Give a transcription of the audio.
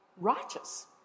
righteous